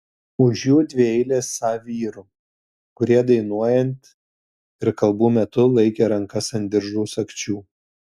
už jų dvi eilės sa vyrų kurie dainuojant ir kalbų metu laikė rankas ant diržų sagčių